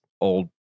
old